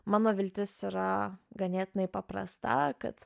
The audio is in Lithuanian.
mano viltis yra ganėtinai paprasta kad